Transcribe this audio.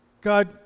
God